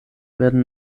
werden